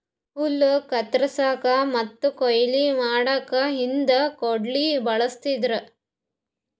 ಹುಲ್ಲ್ ಕತ್ತರಸಕ್ಕ್ ಮತ್ತ್ ಕೊಯ್ಲಿ ಮಾಡಕ್ಕ್ ಹಿಂದ್ ಕುಡ್ಗಿಲ್ ಬಳಸ್ತಿದ್ರು